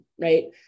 right